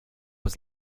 was